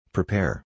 Prepare